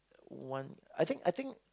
one I think I think